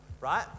Right